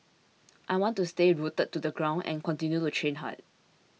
I want to stay rooted to the ground and continue to train hard